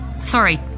Sorry